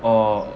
oh